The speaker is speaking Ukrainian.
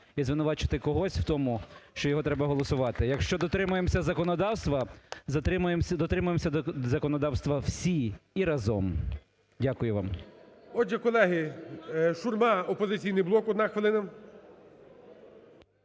і звинувачувати когось в тому, що його треба голосувати. Якщо дотримаємося законодавства, дотримаємося законодавства всі і разом. Дякую вам.